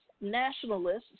nationalists